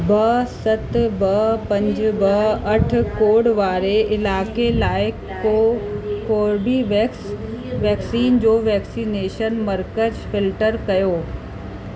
ॿ सत ॿ पंज ॿ अठ कोड वारे इलाइक़े लाइ को कोर्बीवेक्स वैक्सीन जो वैक्सीनेशन मर्कज़ फिल्टर कयो